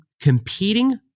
competing